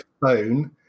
phone